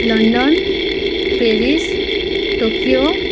London Paris Tokyo